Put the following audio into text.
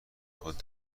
خود